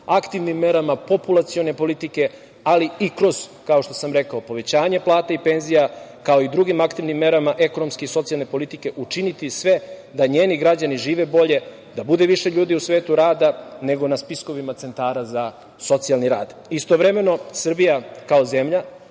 aktivnim merama populacione politike, ali i kroz, kao što sam rekao, povećanje plata i penzija, kao i drugim aktivnim merama ekonomske i socijalne politike učiniti sve da njeni građani žive bolje, da bude više ljudi u svetu rada, nego na spiskovima centara za socijalni rad. Istovremeno, Srbija kao zemlja